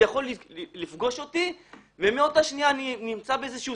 זה יכול לפגוש אותם ומאותה שנייה הם נמצאים באיזשהו